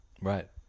Right